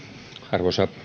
arvoisa